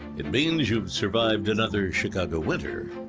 it means you've survived another chicago winter.